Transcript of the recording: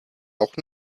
auch